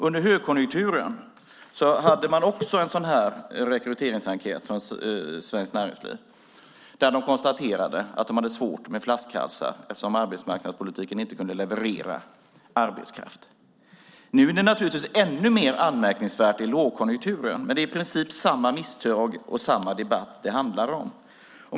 Under högkonjunkturen hade man också en sådan här rekryteringsenkät från Svenskt Näringsliv där man konstaterade att man hade problem med flaskhalsar eftersom arbetsmarknadspolitiken inte kunde leverera arbetskraft. Nu, i lågkonjunktur, är det naturligtvis ännu mer anmärkningsvärt. Men det är i princip samma misstag och samma debatt det handlar om.